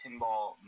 pinball